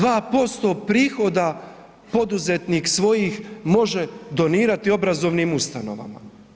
2% prihoda poduzetnik svojih može donirati obrazovnim ustanovama.